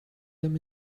them